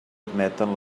admeten